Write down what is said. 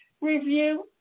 Review